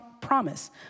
promise